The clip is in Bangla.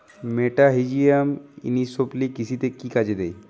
মেটাহিজিয়াম এনিসোপ্লি কৃষিতে কি কাজে দেয়?